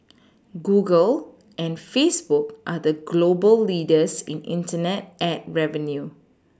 Google and Facebook are the global leaders in Internet ad revenue